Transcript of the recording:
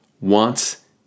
wants